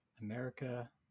America